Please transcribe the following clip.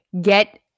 get